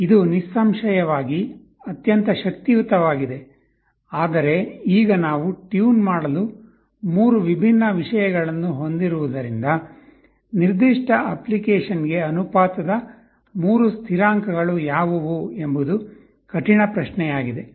ಇದು ನಿಸ್ಸಂಶಯವಾಗಿ ಅತ್ಯಂತ ಶಕ್ತಿಯುತವಾಗಿದೆ ಆದರೆ ಈಗ ನಾವು ಟ್ಯೂನ್ ಮಾಡಲು 3 ವಿಭಿನ್ನ ವಿಷಯಗಳನ್ನು ಹೊಂದಿರುವುದರಿಂದ ನಿರ್ದಿಷ್ಟ ಅಪ್ಲಿಕೇಶನ್ಗೆ ಅನುಪಾತದ 3 ಸ್ಥಿರಾಂಕಗಳು ಯಾವುವು ಎಂಬುದು ಕಠಿಣ ಪ್ರಶ್ನೆಯಾಗಿದೆ